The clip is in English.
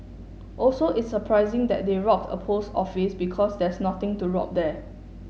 also it's surprising that they robbed a post office because there's nothing to rob there